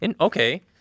Okay